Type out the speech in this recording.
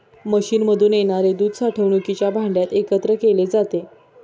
मशीनमधून येणारे दूध साठवणुकीच्या भांड्यात एकत्र केले जाते